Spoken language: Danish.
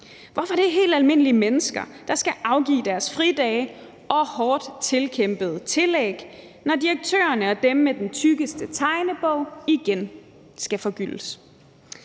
Hvorfor er det helt almindelige mennesker, der skal afgive deres fridage og hårdt tilkæmpede tillæg, når direktørerne og dem med den tykkeste tegnebog igen skal forgyldes.